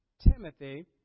Timothy